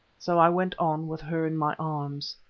so i went on with her in my arms.